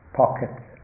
pockets